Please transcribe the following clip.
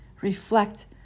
Reflect